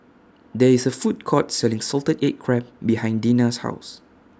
There IS A Food Court Selling Salted Egg Crab behind Dena's House